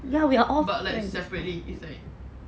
ya we all like